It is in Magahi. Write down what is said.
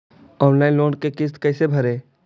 ऑनलाइन लोन के किस्त कैसे भरे?